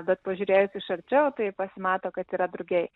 bet pažiūrėjus iš arčiau tai pasimato kad yra drugiai